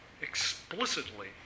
explicitly